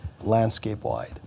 landscape-wide